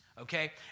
okay